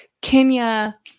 Kenya